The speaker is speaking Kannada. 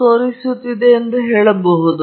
ಈ ವ್ಯವಸ್ಥೆಯನ್ನು ಆರ್ದ್ರಕ ಎಂದು ಕರೆಯಲಾಗುವುದು